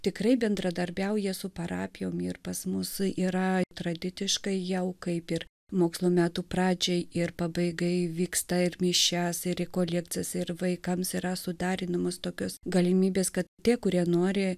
tikrai bendradarbiauja su parapija ir pas mus yra tradiciškai jau kaip ir mokslo metų pradžiai ir pabaiga įvyksta ir mišias eriko lieptas ir vaikams yra suderinamas tokios galimybės kad tie kurie nori